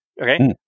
okay